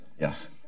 Yes